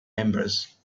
members